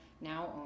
now